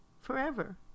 forever